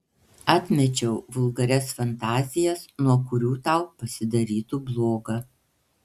atmečiau vulgarias fantazijas nuo kurių tau pasidarytų bloga